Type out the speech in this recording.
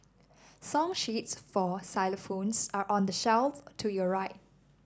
song sheets for xylophones are on the shelf to your right